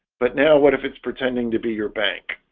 but now what if it's pretending to be your bank,